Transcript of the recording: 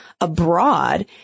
abroad